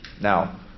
Now